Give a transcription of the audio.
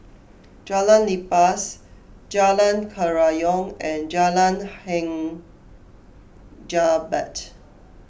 Jalan Lepas Jalan Kerayong and Jalan Hang Jebat